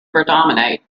predominate